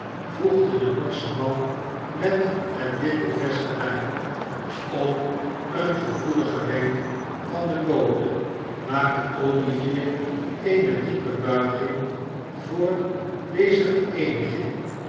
voegde de norsche man met het witte vest er bij op een gevoeligen wenk van den bode maakte olivier eene diepe buiging voor deze vereeniging